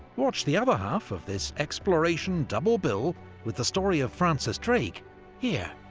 watch the other half of this exploration double-bill with the story of francis drake here.